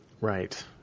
Right